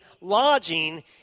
lodging